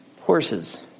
horses